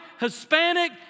Hispanic